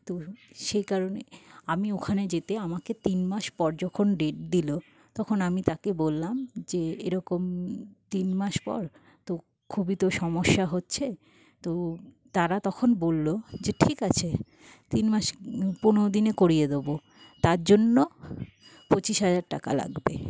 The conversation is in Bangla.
তো সেকারণে আমি ওখানে যেতে আমাকে তিন মাস পর যখন ডেট দিলো তখন আমি তাকে বললাম যে এরকম তিন মাস পর তো খুবই তো সমস্যা হচ্ছে তো তারা তখন বললো যে ঠিক আছে তিন মাস পনেরো দিনে করিয়ে দেব তার জন্য পঁচিশ হাজার টাকা লাগবে